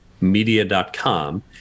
media.com